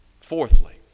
Fourthly